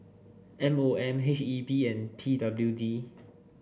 M O M H E B and P W D